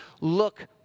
look